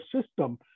system